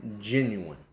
genuine